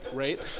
right